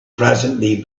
presently